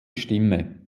stimme